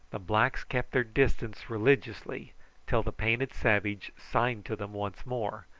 the blacks kept their distance religiously till the painted savage signed to them once more,